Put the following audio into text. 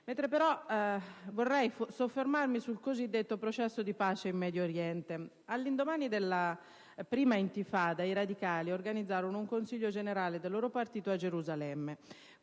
Vorrei però soffermarmi sul cosiddetto processo di pace in Medio Oriente. All'indomani della prima Intifada, i radicali organizzarono un consiglio generale del loro partito a Gerusalemme,